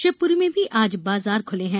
शिवपुरी में भी आज बाजार खुले हैं